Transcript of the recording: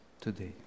today